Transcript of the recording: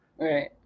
Right